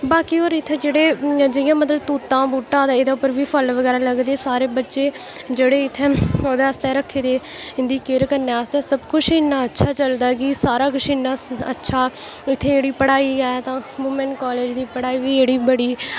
बाकी होर इत्थै जेह्ड़े जि'यां मतलब तूतें दा बूह्टा एह्दे पर बी फल बगैरा लगदे सारे बच्चे जेह्ड़े इत्थै ओह्दे आस्तै रक्खे दे इं'दी केयर करने आस्तै सब कुश इन्ना अच्छा चलदा कि सारा किश इन्ना अच्छा कि इत्थै ओह्ड़ी पढ़ाई ऐ वूमन कालेज दी पढ़ाई बी बड़ी